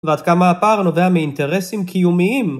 ועד כמה הפער נובע מאינטרסים קיומיים